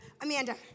Amanda